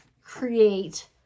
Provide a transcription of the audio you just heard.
create